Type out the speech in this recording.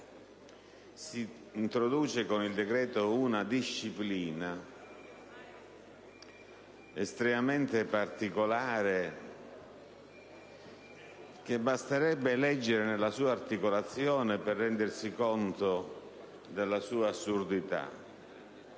Si introduce con il decreto una disciplina estremamente particolare, che basterebbe leggere nella sua articolazione per rendersi conto della sua assurdità.